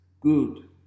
Good